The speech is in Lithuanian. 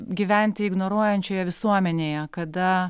gyventi ignoruojančioje visuomenėje kada